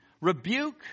rebuke